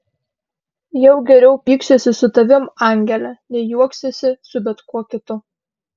jau geriau pyksiuosi su tavimi angele nei juoksiuosi su bet kuo kitu